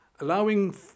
allowing